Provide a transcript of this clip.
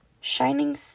Shining